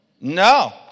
No